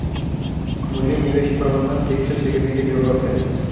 मुझे निवेश प्रबंधन ठीक से सीखने की जरूरत है